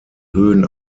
höhen